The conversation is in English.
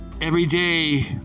everyday